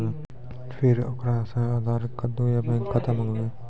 फिर ओकरा से आधार कद्दू या बैंक खाता माँगबै?